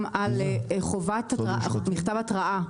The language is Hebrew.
גם על חובת מתן מכתב התראה.